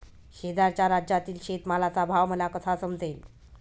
शेजारच्या राज्यातील शेतमालाचा भाव मला कसा समजेल?